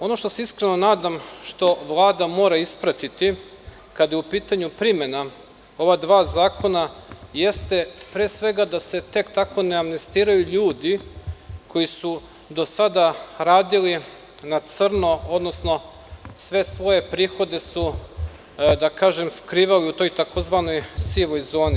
Ono što se iskreno nadam, što Vlada mora ispratiti kada je u pitanju primena ova dva zakona jeste pre svega da se tek tako ne amnestiraju ljudi koji su do sada radili na crno, odnosno sve svoje prihode su, da kažem, skrivali u toj takozvanoj sivoj zoni.